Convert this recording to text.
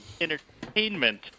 entertainment